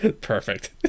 perfect